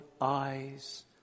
eyes